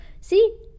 See